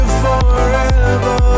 forever